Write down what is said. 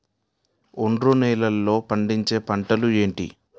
ఒండ్రు నేలలో పండించే పంటలు ఏంటి?